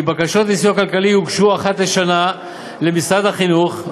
כי בקשות לסיוע כלכלי יוגשו אחת לשנה למשרד החינוך,